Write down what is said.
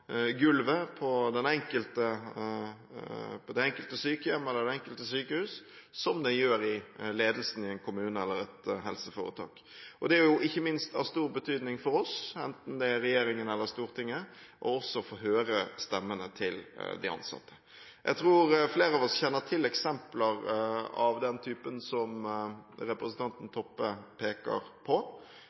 gulvet på det enkelte sykehjem eller det enkelte sykehus som det gjør i ledelsen i en kommune eller et helseforetak. Det er ikke minst av stor betydning for oss, enten det er regjeringen eller Stortinget, også å få høre stemmene til de ansatte. Jeg tror flere av oss kjenner til eksempler av den typen som representanten Toppe peker på.